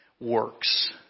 works